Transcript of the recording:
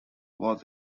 was